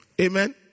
Amen